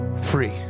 free